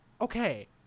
Okay